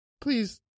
please